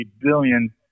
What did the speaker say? billion